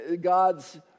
God's